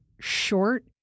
short